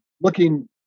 looking